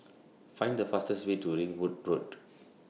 Find The fastest Way to Ringwood Road